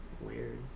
Weird